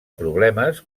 problemes